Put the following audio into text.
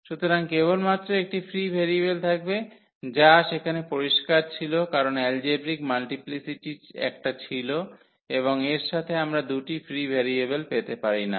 সুতরাং কেবলমাত্র একটি ফ্রি ভেরিয়েবল থাকবে যা সেখানে পরিষ্কার ছিল কারণ এলজেব্রিক মাল্টিপ্লিসিটি একটা ছিল এবং এর সাথে আমরা দুটি ফ্রি ভেরিয়েবল পেতে পারি না